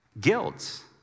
Guilt